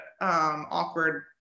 awkward